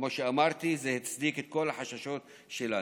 כמו שאמרתי, זה הצדיק את כל החששות שלנו.